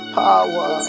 power